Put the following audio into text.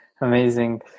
Amazing